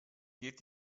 geht